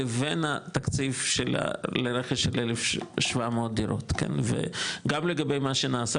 לבין תקציב לרכש של 1,700 דירות וגם לגבי מה שנעשה